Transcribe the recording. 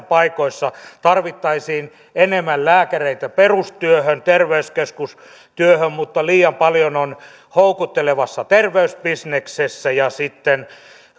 paikoissa tarvittaisiin enemmän lääkäreitä perustyöhön terveyskeskustyöhön mutta liian paljon on houkuttelevassa terveysbisneksessä ja sitten